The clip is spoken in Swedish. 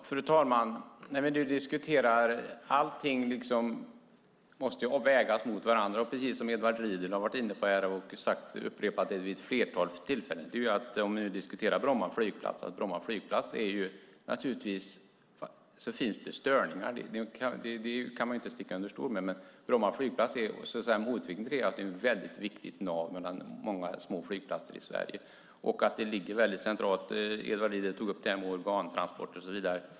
Fru talman! När vi nu diskuterar måste alla saker vägas mot varandra. Precis som Edward Riedl har sagt vid ett flertal tillfällen finns det störningar från Bromma flygplats. Det kan man inte sticka under stol med. Men Bromma flygplats är ett väldigt viktigt nav för många små flygplatser i Sverige, och den ligger centralt. Edward Riedl talade om organtransporter och så vidare.